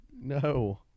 No